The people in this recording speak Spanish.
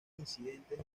incidentes